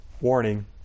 warning